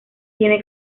tiene